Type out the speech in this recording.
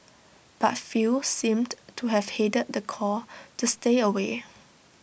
but few seemed to have heeded the call to stay away